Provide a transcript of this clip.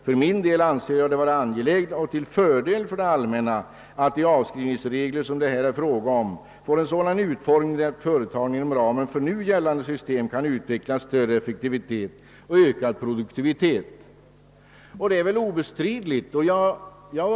För min del anser jag det vara angeläget och till fördel för det allmänna att de avskrivningsregler som det här är fråga om får en sådan utformning att företagen inom ramen för nu gällande system kan utveckla större effektivitet och ökad. produktivitet.» Detta är väl obestridligt.